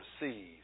receive